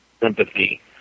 sympathy